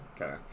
Okay